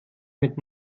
mit